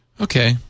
okay